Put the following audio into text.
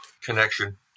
connection